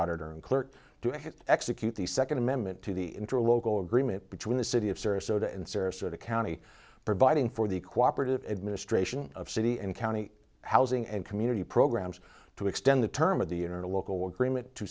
auditor and clerk to execute the second amendment to the intra local agreement between the city of sarasota and sarasota county providing for the cooperate administration of city and county housing and community programs to extend the term of the in a local agreement to